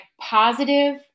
positive